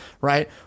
right